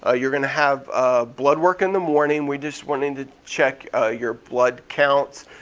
ah you're gonna have ah blood work in the morning, we just went in to check ah your blood counts.